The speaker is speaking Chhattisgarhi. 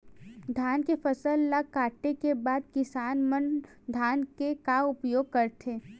धान के फसल ला काटे के बाद किसान मन धान के का उपयोग करथे?